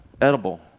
Edible